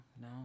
no